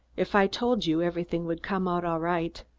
if i told you everything would come out all right?